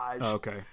okay